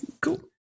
Cool